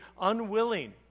unwilling